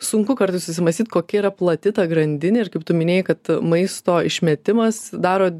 sunku kartais susimąstyt kokia yra plati ta grandinė ir kaip tu minėjai kad maisto išmetimas daro